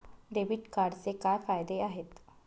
Debit कार्डचे काय फायदे आहेत?